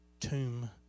tomb